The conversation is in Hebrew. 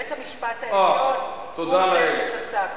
בית-המשפט העליון הוא זה שפסק,